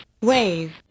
Wave